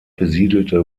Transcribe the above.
besiedelte